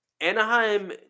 Anaheim